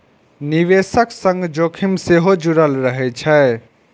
निवेशक संग जोखिम सेहो जुड़ल रहै छै